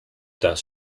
das